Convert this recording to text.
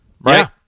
right